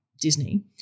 Disney